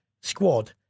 squad